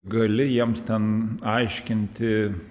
gali jiems ten aiškinti